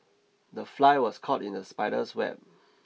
the fly was caught in the spider's web